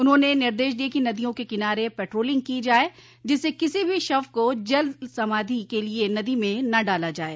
उन्होंने निर्देश दिये कि नदियों के किनारे पेट्रोलिंग की जाये जिससे किसो भी शव को जल समाधि के लिये नदी में न डाला जाये